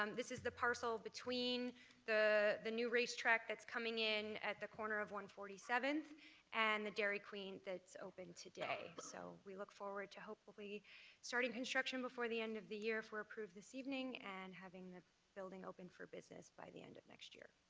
um this is the parcel between the the new racetrac that's coming in at the corner of one hundred and forty seventh and the dairy queen that's open today, so we look forward to hopefully starting construction before the end of the year if we're approved this evening and having the building open for business by the end of next year.